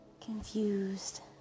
confused